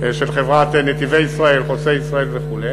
של חברת "נתיבי ישראל", חוצה-ישראל וכו',